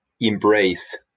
embrace